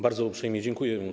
Bardzo uprzejmie dziękuję.